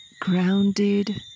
grounded